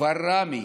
בכפר ראמה,